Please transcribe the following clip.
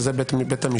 שזה בית המשפט.